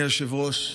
אדוני היושב-ראש,